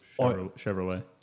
Chevrolet